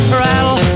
rattle